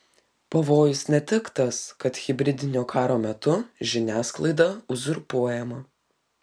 pavojus ne tik tas kad hibridinio karo metu žiniasklaida uzurpuojama